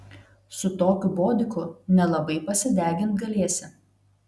su tokiu bodiku nelabai pasidegint galėsi